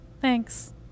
Thanks